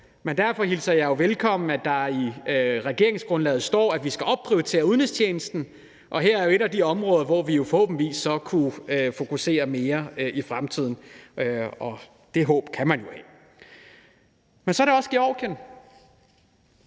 og derfor hilser jeg det velkommen, at der i regeringsgrundlaget står, at vi skal opprioritere udenrigstjenesten, og her er et af de områder, som vi forhåbentlig så kunne fokusere mere på i fremtiden – det håb kan man jo have. Men så er der også Georgien.